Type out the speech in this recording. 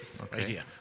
Okay